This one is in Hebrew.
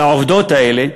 והעובדות האלה,